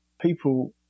people